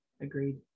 agreed